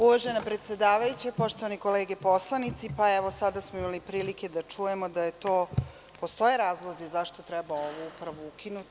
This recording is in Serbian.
Uvažena predsedavajuća, poštovane kolege poslanici, evo sada smo imali prilike da čujemo da postoje razlozi zašto treba ovu upravu ukinuti.